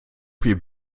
viel